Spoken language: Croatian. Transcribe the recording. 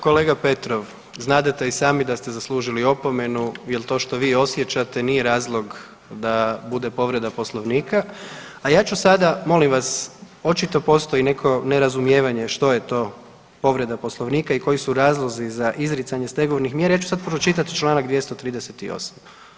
Kolega Petrov, znadete i sami da ste zaslužili opomenu jer to što vi osjećate nije razlog da bude povreda Poslovnika, a ja ću sada, molim vas, očito postoji neko nerazumijevanje što je to povreda Poslovnika i koji su razlozi za izricanje stegovnih mjera, ja ću sad pročitati čl. 238.